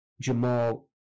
Jamal